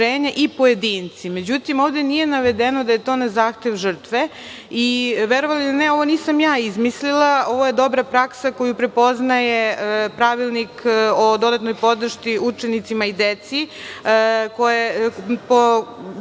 i pojedinci, međutim, ovde nije navedeno da je to na zahtev žrtve. Verovali ili ne, ovo nisam ja izmislila, ovo je dobra praksa koju prepoznaje Pravilnik o dodatnoj podršci učenicima i deci, po